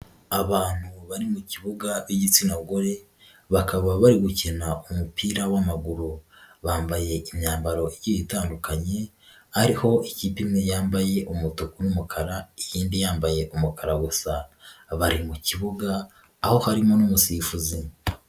Abantu bari mu kibuga b'igitsina gore, bakaba bari gukina umupira w'amaguru, bambaye imyambaro igiye itandukanye, ariho ikipi imwe yambaye umutuku n'umukara, iyindi yambaye umukara gusa, bari mu kibuga, aho harimo n'umusifuzi.